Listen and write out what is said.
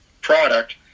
product